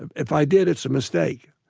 ah if i did, it's a mistake.